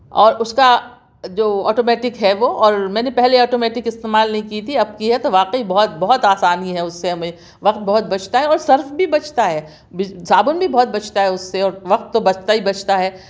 اور اُس کا جو آٹو میٹک ہے وہ اور میں نے پہلے آٹو میٹک استعمال نہیں کی تھی اب کی ہے تو واقعی بہت بہت آسانی ہے اُس سے ہمیں وقت بہت بچتا ہے اور صرف بھی بچتا ہے بج صابن بھی بہت بچتا ہے اُس سے اور وقت تو بچتا ہی بچتا ہے